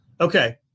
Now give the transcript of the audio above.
Okay